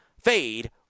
Fade